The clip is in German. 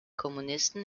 kommunisten